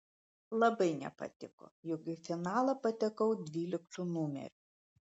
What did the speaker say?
labai nepatiko jog į finalą patekau dvyliktu numeriu